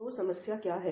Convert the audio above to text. तो समस्या क्या है